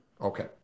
Okay